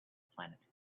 planet